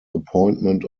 appointment